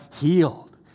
healed